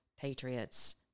patriots